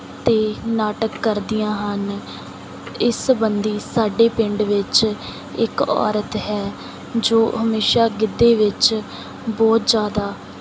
ਅਤੇ ਨਾਟਕ ਕਰਦੀਆਂ ਹਨ ਇਸ ਸੰਬੰਧੀ ਸਾਡੇ ਪਿੰਡ ਵਿੱਚ ਇੱਕ ਔਰਤ ਹੈ ਜੋ ਹਮੇਸ਼ਾਂ ਗਿੱਧੇ ਵਿੱਚ ਬਹੁਤ ਜ਼ਿਆਦਾ